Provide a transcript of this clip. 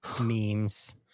memes